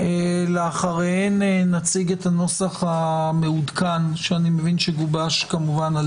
אחריהן נציג את הנוסח המעודכן שאני מבין שגובש כמובן על